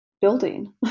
building